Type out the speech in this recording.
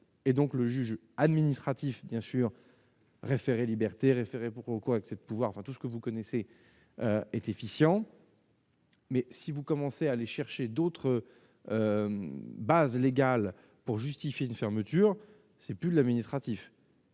et donc le juge administratif bien sûr référé-liberté référé pourquoi avec, c'est de pouvoir enfin tout ce que vous connaissez est efficient. Mais si vous commencez à aller chercher d'autres bases légales pour justifier une fermeture, c'est plus de l'administratif.